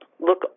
look